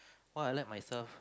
what I like myself